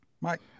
Mike